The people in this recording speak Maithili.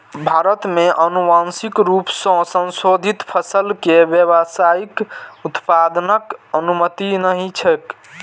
भारत मे आनुवांशिक रूप सं संशोधित फसल के व्यावसायिक उत्पादनक अनुमति नहि छैक